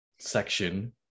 section